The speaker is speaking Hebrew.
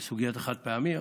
בסוגיית החד-פעמי?